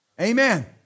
Amen